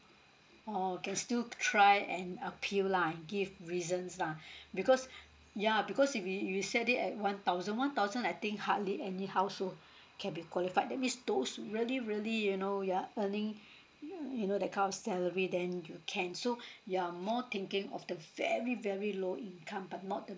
oh can still try and appeal lah give reasons lah because yeah because if we you set it at one thousand one thousand I think hardly any household can be qualified that means those really really you know you are earning uh you know that kind of salary then you can so you are more thinking of the very very low income but not the